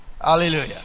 Hallelujah